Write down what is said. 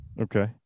okay